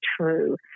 true